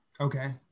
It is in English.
Okay